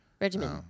Regimen